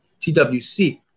TWC